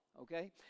okay